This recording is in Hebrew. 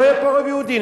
לא יהיה פה רוב יהודי,